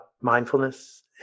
mindfulness